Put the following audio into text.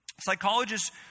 Psychologists